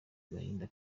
agahinda